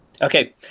Okay